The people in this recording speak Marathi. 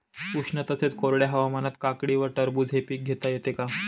उष्ण तसेच कोरड्या हवामानात काकडी व टरबूज हे पीक घेता येते का?